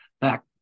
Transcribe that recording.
back